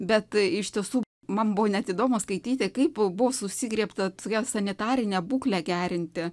bet iš tiesų man buvo net įdomu skaityti kaip buvo susigriebta vėl sanitarinę būklę gerinti